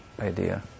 idea